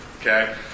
Okay